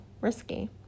risky